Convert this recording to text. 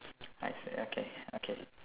I see okay okay